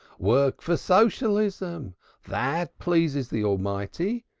work for socialism that pleases the almighty.